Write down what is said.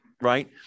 right